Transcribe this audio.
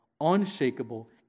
unshakable